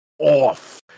off